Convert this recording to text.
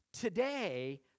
Today